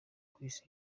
kw’isi